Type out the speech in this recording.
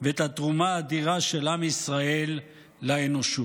ואת התרומה האדירה של עם ישראל לאנושות.